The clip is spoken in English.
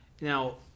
Now